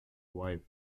wife